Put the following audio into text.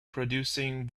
producing